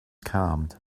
calmed